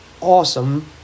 awesome